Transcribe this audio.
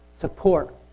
support